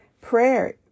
prayer